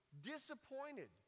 disappointed